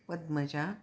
Padmaja